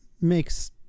makes